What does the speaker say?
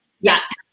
yes